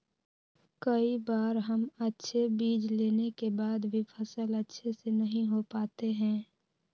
कई बार हम अच्छे बीज लेने के बाद भी फसल अच्छे से नहीं हो पाते हैं?